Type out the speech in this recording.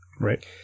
Right